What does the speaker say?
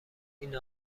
این